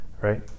right